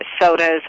sodas